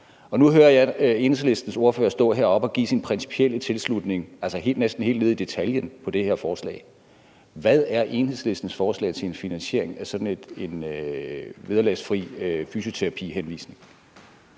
nu hører jeg Enhedslistens ordfører stå deroppe og give sin principielle tilslutning, altså næsten helt ned i detaljen, til det her forslag: Hvad er Enhedslistens forslag til en finansiering af sådan en vederlagsfri fysioterapihenvisning?